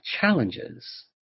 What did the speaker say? challenges